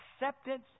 acceptance